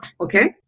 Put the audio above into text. Okay